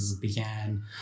began